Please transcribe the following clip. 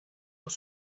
los